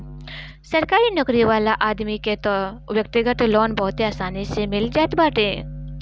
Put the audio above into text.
सरकारी नोकरी वाला आदमी के तअ व्यक्तिगत लोन बहुते आसानी से मिल जात बाटे